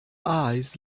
eyes